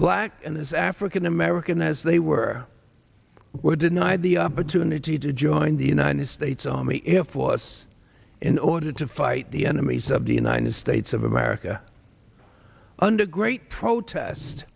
black and his african american as they were were denied the opportunity to join the united states army air force in order to fight the enemies of the united states of a america under great protest